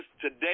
today